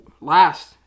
last